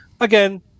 again